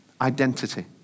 Identity